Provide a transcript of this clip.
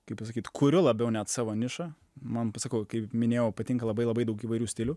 kaip pasakyt kuriu labiau net savo nišą man pasakau kai minėjau patinka labai labai daug įvairių stilių